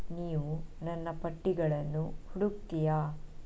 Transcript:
ನೀವು ನನ್ನ ಪಟ್ಟಿಗಳನ್ನು ಹುಡುಕ್ತೀಯಾ